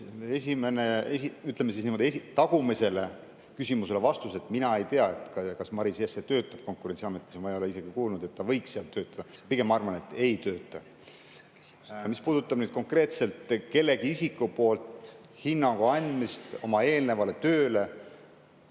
küsimused. [Viimasele] küsimusele on vastus, et mina ei tea, kas Maris Jesse töötab Konkurentsiametis. Ma ei ole isegi kuulnud, et ta võiks seal töötada. Pigem ma arvan, et ei tööta. Mis puudutab nüüd konkreetselt mingi isiku hinnangu andmist oma eelnevale tööle